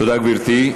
תודה, גברתי.